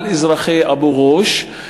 על אזרחי אבו-גוש,